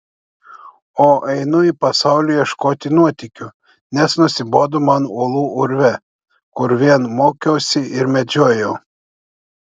o einu į pasaulį ieškoti nuotykių nes nusibodo man uolų urve kur vien mokiausi ir medžiojau